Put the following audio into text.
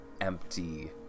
empty